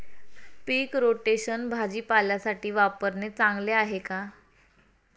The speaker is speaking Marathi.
पीक रोटेशन भाजीपाल्यासाठी वापरणे चांगले आहे का?